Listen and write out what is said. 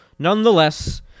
Nonetheless